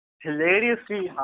hilariously